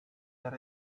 that